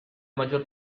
maggior